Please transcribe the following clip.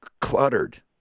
cluttered